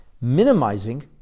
minimizing